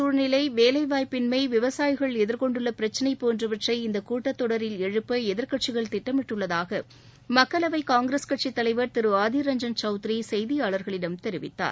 சூழ்நிலை வேலைவாய்ப்பின்ம விவசாயிகள் எதிர்கொண்டுள்ள பிரச்சினை பொருளாதார போன்றவற்றை இந்தக் கூட்டத் தொடரில் எழுப்ப எதிர்க்கட்சிகள் திட்டமிட்டுள்ளதாக மக்களவை காங்கிரஸ் கட்சித் தலைவர் திரு அதிர் ரஞ்சன் சவுத்திரி செய்தியாளர்களிடம் தெரிவித்தார்